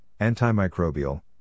antimicrobial